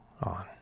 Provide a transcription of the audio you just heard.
On